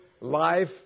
life